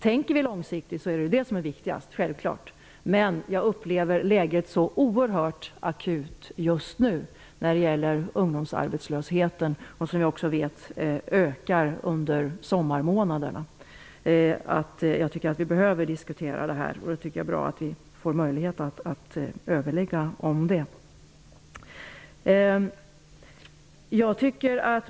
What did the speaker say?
Tänker vi långsiktigt, så är det självklart det viktigaste. Men jag upplever läget akut just nu när det gäller ungdomsarbetslösheten, som vi vet ökar under sommarmånaderna. Det behöver vi diskutera, och jag tycker att det är bra att vi får möjlighet att överlägga om det.